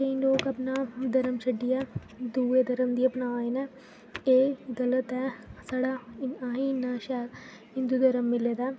लोक अपना धर्म छड्डियै दूऐ धरम गी अपना दे न एह् गलत ऐ साढ़ा अहें ई इ'न्ना शैल हिंदू धर्म मिले दा ऐ